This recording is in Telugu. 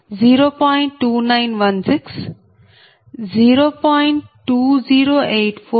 2916 0